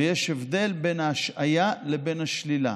ויש הבדל בין ההשעיה לבין השלילה.